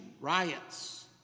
riots